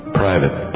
private